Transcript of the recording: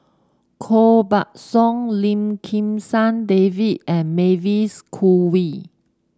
Koh Buck Song Lim Kim San David and Mavis Khoo Oei